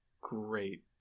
great